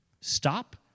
Stop